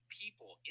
people